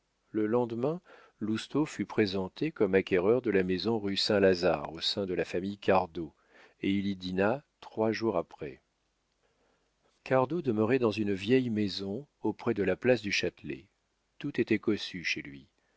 le lendemain lousteau fut présenté comme acquéreur de la maison rue saint-lazare au sein de la famille cardot et il y dîna trois jours après cardot demeurait dans une vieille maison auprès de la place du châtelet tout était cossu chez lui